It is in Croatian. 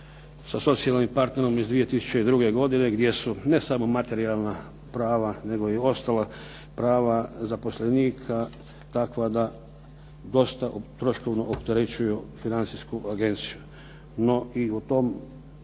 sa socijalnim partnerom iz 2002. godine gdje su ne samo materijalna prava nego i ostala prava zaposlenika takva da dosta financijsko opterećuju financijsku agenciju